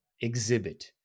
exhibit